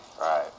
right